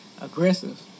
aggressive